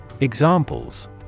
Examples